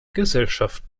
gesellschaft